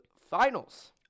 finals